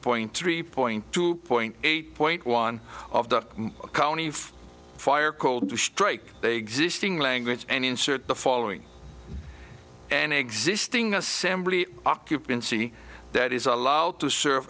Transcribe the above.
point three point two point eight point one of the county of fire called the strike they exist in language and insert the following an existing assembly occupancy that is allowed to serve